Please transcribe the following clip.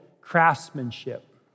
craftsmanship